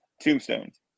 Tombstones